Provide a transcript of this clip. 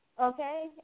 Okay